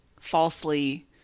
falsely